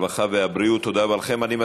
הרווחה והבריאות נתקבלה.